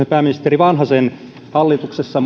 pääministeri vanhasen hallituksessa